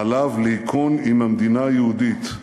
עליו להיכון עם המדינה היהודית,